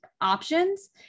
options